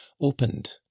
opened